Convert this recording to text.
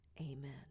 Amen